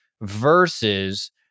versus